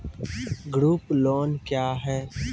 Group loan क्या है?